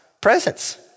presence